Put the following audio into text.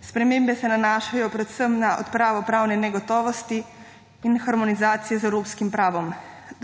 Spremembe se nanašajo predvsem na odpravo pravne negotovosti in harmonizacijo z evropskim pravom,